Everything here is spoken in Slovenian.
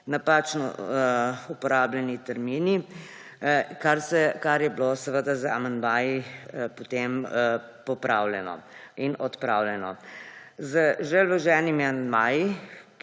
napačno uporabljeni termini, kar je bilo seveda z amandmaji potem popravljeno in odpravljeno. Z že vloženimi amandmaji,